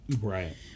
Right